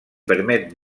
permet